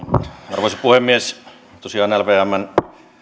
arvoisa puhemies tosiaan lvmn